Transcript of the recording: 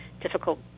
difficult